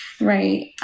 Right